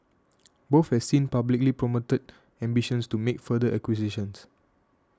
both have since publicly promoted ambitions to make further acquisitions